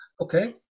Okay